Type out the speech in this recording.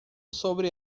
sobre